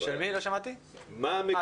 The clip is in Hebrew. זה